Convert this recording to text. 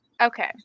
Okay